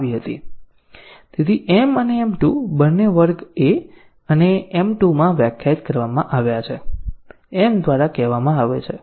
m અને m 2 બંને વર્ગ A અને m 2 માં વ્યાખ્યાયિત કરવામાં આવ્યા છે m દ્વારા કહેવામાં આવે છે